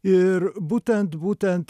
ir būtent būtent